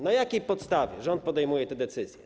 Na jakiej podstawie rząd podejmuje te decyzje?